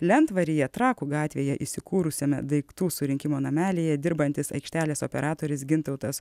lentvaryje trakų gatvėje įsikūrusiame daiktų surinkimo namelyje dirbantis aikštelės operatorius gintautas